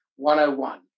101